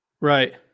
Right